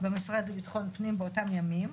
במשרד לביטחון הפנים באותם ימים,